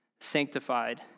sanctified